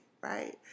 right